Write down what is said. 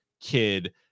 kid